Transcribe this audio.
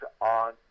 on